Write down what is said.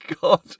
God